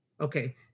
Okay